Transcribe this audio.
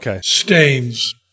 stains